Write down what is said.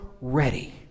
ready